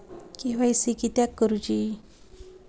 KYC किदयाक करूची?